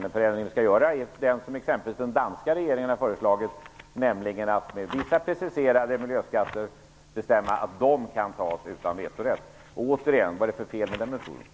Den förändring vi skall göra är den som exempelvis den danska regeringen har föreslagit, nämligen bestämma att beslut om vissa preciserade miljöskatter kan tas utan vetorätt. Återigen: Vad är det för fel på den metoden?